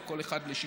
או כל אחד לשיטתו.